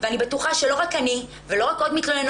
ואני בטוחה שלא רק אני, ולא רק עוד מתלוננות.